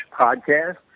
Podcast